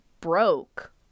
broke